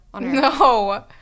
No